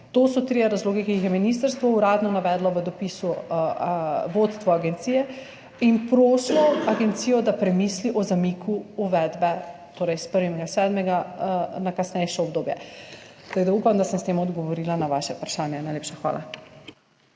to so trije razlogi, ki jih je ministrstvo uradno navedlo v dopisu vodstvu agencije in prosilo agencijo, da premisli o zamiku uvedbe, torej s 1. 7. na kasnejše obdobje. Upam, da sem s tem odgovorila na vaše vprašanje. Najlepša hvala.